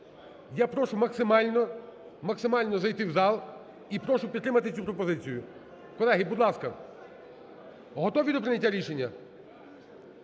максимально зайти в зал і прошу підтримати цю пропозицію, колеги, будь ласка. Готові до прийняття рішення?